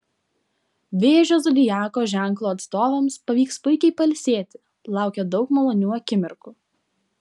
vėžio zodiako ženklo atstovams pavyks puikiai pailsėti laukia daug malonių akimirkų